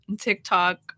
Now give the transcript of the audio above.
TikTok